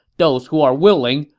those who are willing,